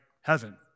heaven